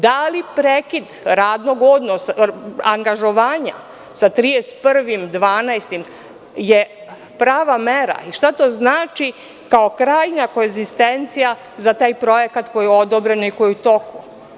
Da li prekid angažovanja sa 31. decembrom je prava mera i šta to znači kao krajnja koegzistencija za taj projekat koji je odobren i koji je u toku?